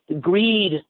greed